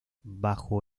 bajo